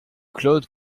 claude